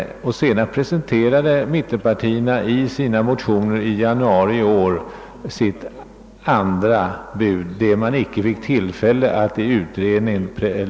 Mittenpartierna presenterade därefter sitt andra bud motionsvis i januari detta år, alltså ett kompromissbud som vi inte fick tillfälle att lägga fram i utredningen.